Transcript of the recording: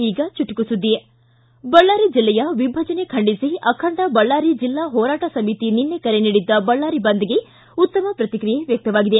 ಈಗ ಚುಟುಕು ಸುದ್ದಿ ಬಳ್ಳಾರಿ ಜಿಲ್ಲೆಯ ವಿಭಜನೆ ಖಂಡಿಸಿ ಅಖಂಡ ಬಳ್ಳಾರಿ ಜಿಲ್ಲಾ ಹೋರಾಟ ಸಮಿತಿ ನಿನ್ನೆ ಕರೆ ನೀಡಿದ್ದ ಬಳ್ಳಾರಿ ಬಂದ್ಗೆ ಉತ್ತಮ ಪ್ರಕಿಕ್ರಿಯೆ ವ್ಯಕ್ತವಾಗಿದೆ